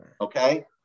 Okay